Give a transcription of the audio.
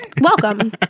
Welcome